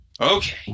okay